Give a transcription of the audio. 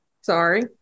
Sorry